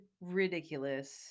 ridiculous